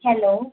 hello